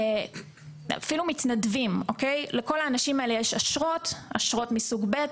אפילו מתנדבים - לכל האנשים האלה יש אשרות מסוג ב',